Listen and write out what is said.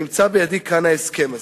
נמצא בידי כאן ההסכם הזה,